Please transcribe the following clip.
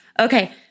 Okay